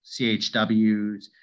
CHWs